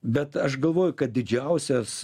bet aš galvoju kad didžiausias